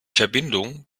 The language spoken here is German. verbindung